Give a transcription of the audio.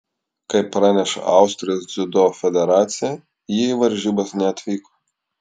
kaip praneša austrijos dziudo federacija ji į varžybas neatvyko